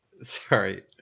sorry